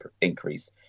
increase